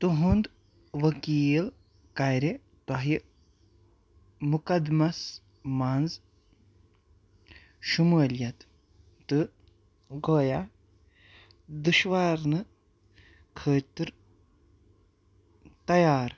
تُہُنٛد ؤکیٖل کَرِ تۄہہِ مُقدمَس منٛز شُمٲلیت تہٕ گویا دُشوارنہٕ خٲطرٕ تیار